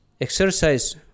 Exercise